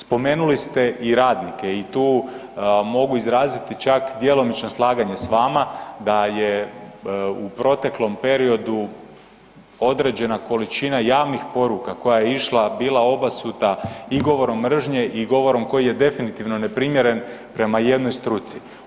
Spomenuli ste i radnike i tu mogu izraziti čak djelomično slaganje s vama, da je u proteklom periodu određena količina javnih poruka koja je išla, bila obasuta i govorom mržnje i govorom koji je definitivno neprimjeren prema jednoj struci.